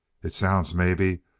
it sounds, maybe,